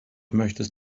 möchtest